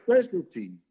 specialty